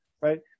right